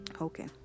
Okay